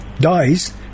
dies